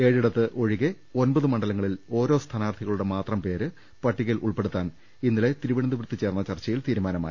ഏഴിടത്ത് ഒഴികെ ഒമ്പത് മണ്ഡലങ്ങളിൽ ഓരോ സ്ഥാനാർഥികളുടെ മാത്രം പേര് പട്ടികയിൽ ഉൾപെടുത്താൻ ഇന്നലെ തിരുവനന്തപുരത്ത് ചേർന്ന ചർച്ചയിൽ തീരുമാനമായി